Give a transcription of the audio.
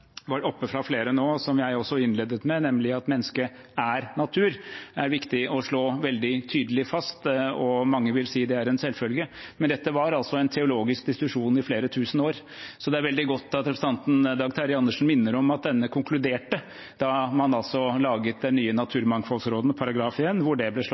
jeg også innledet med, nemlig at mennesket er natur. Det er det viktig å slå veldig tydelig fast. Mange vil si det er en selvfølge, men dette var en teologisk diskusjon i flere tusen år, så det er veldig godt at representanten Dag Terje Andersen minnet om at da man laget den nye naturmangfoldloven, ble det slått fast en gang for alle i § 1 at mennesket er en del av naturen. Det